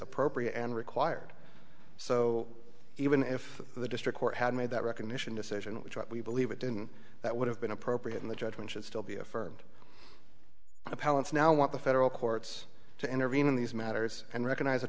appropriate and required so even if the district court had made that recognition decision which we believe it didn't that would have been appropriate in the judgment should still be affirmed appellants now want the federal courts to intervene in these matters and recognize th